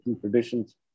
traditions